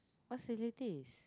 facilities